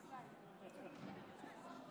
54, נגד, 56. ההצעה לא התקבלה, גם לא של ינון.